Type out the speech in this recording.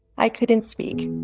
i couldn't speak